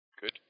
Good